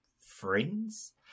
friends